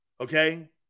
Okay